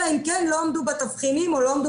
אלא אם כן לא עמדו בתבחינים או לא עמדו